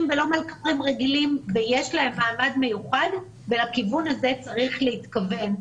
ולא מלכ"רים רגילים ויש להם מעמד מיוחד ולכיוון הזה צריך להתכוון.